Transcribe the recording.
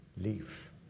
Leave